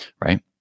right